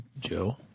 Joe